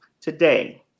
Today